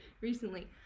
recently